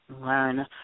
learn